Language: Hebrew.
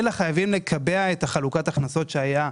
אלא חייבים לקבע את חלוקת ההכנסות שהייתה